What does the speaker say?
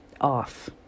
off